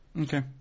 Okay